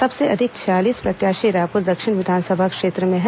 सबसे अधिक छयालीस प्रत्याशी रायपुर दक्षिण विधानसभा क्षेत्र में हैं